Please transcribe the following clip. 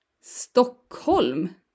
Stockholm